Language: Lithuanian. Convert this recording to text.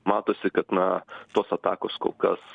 matosi kad na tos atakos kol kas